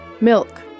Milk